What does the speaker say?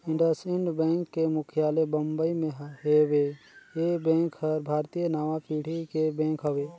IndusInd bank के मुख्यालय बंबई मे हेवे, ये बेंक हर भारतीय नांवा पीढ़ी के बेंक हवे